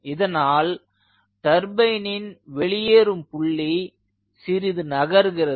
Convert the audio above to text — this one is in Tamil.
இதனால் டர்பைனின் வெளியேறும் புள்ளி சிறிது நகர்கிறது